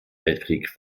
weltkrieg